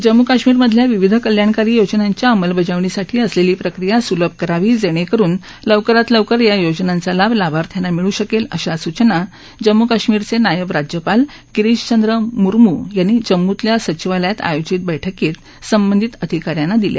जम्म् काश्मीर मधल्या विविध कल्याणकारी योजनांच्या अंमलबजावणीसाठी असलेली प्रक्रिया सूलभ करावी जेणेंकरून लवकरात लवकर या योजनांचा लाभ लाभार्थ्यांना मिळू शकेल अशा सूचना जम्मू काश्मीरचे नायब राज्यपाल गिरीश चंद्र म्र्म् यांनी जम्मू इथल्या सचिवालयात आयोजित केलेल्या बैठकीत संबंधित अधिकाऱ्यांना दिल्या